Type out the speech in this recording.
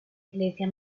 iglesia